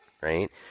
Right